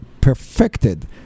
perfected